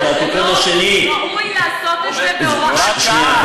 ותראי שזו ממש חוות הדעת שלה.